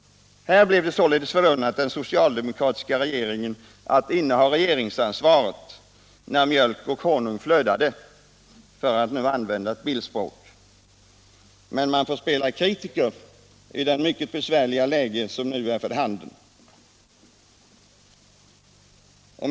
Det blev således den socialdemokratiska regeringen förunnat att inneha regeringsansvaret när mjölk och honung flödade, för att använda bildspråk, medan socialdemokraterna får spela kritiker i det mycket besvärliga läge som nu är för handen.